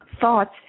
thoughts